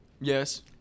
Yes